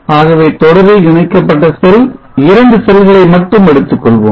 ஆகவே தொடரில் இணைக்கப்பட்ட செல் இரண்டு செல்களை மட்டும் எடுத்துக் கொள்வோம்